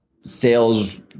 sales